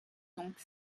donc